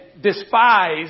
despise